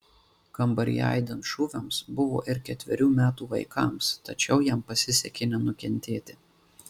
kambaryje aidint šūviams buvo ir ketverių metų vaikams tačiau jam pasisekė nenukentėti